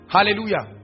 Hallelujah